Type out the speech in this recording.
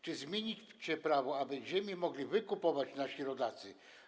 Czy zmieni się prawo, aby ziemię mogli kupować nasi rodacy?